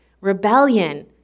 rebellion